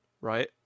right